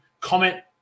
comment